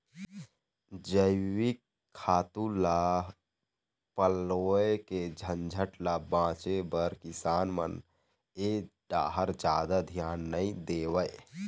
जइविक खातू ल पलोए के झंझट ल बाचे बर किसान मन ए डाहर जादा धियान नइ देवय